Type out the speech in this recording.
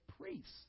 priests